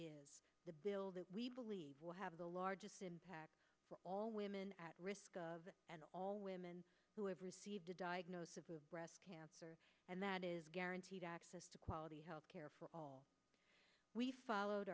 is the bill that we believe will have the largest impact for all women at risk of all women who have received a diagnosis of breast cancer and that is guaranteed access to quality health care for all we followed